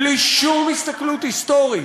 בלי שום הסתכלות היסטורית.